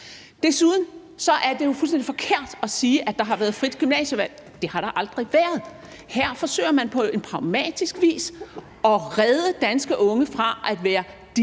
Desuden er det jo fuldstændig forkert at sige, at der har været frit gymnasievalg. Det har der aldrig været. Her forsøger man på pragmatisk vis at redde danske unge fra at være de eneste